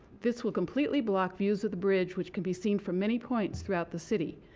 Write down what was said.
this will completely block views of the bridge which can be seen from many points throughout the city.